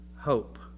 hope